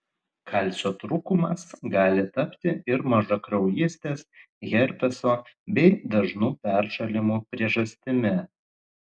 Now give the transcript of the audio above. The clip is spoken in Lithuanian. kalcio trūkumas gali tapti ir mažakraujystės herpeso bei dažnų peršalimų priežastimi